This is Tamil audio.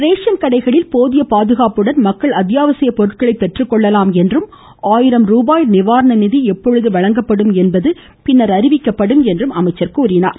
ரேஷன் கடைகளில் போதிய பாதுகாப்புடன் மக்கள் அத்தியாவசிய பொருட்களை பெற்றுக்கொள்ளலாம் என்றும் ஆயிரம் ரூபாய் நிவாரண நிதி எப்பொழுது வழங்கப்படும் என்று பின்னர் அறிவிக்கப்படும் என்றார்